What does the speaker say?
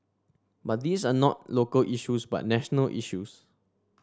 but these are not local issues but national issues